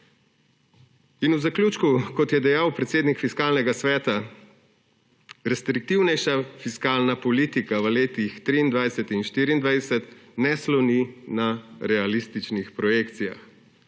V zaključku, kot je dejal predsednik Fiskalnega sveta: restriktivnejša fiskalna politika v letih 2023 in 2024 ne sloni na realističnih projekcijah.